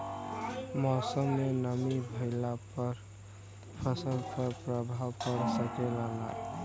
मौसम में नमी भइला पर फसल पर प्रभाव पड़ सकेला का?